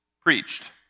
preached